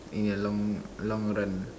in your long long run